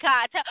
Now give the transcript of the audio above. God